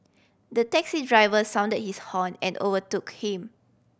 the taxi driver sounded his horn and overtook him